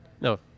No